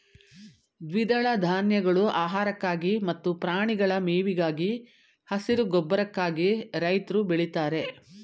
ದ್ವಿದಳ ಧಾನ್ಯಗಳು ಆಹಾರಕ್ಕಾಗಿ ಮತ್ತು ಪ್ರಾಣಿಗಳ ಮೇವಿಗಾಗಿ, ಹಸಿರು ಗೊಬ್ಬರಕ್ಕಾಗಿ ರೈತ್ರು ಬೆಳಿತಾರೆ